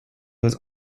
was